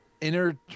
inner